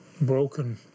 broken